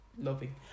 loving